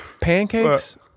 pancakes